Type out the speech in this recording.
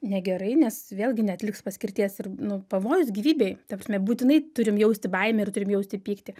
negerai nes vėlgi neatliks paskirties ir nu pavojus gyvybei ta prasme būtinai turim jausti baimę ir turim jausti pyktį